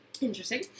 Interesting